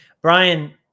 Brian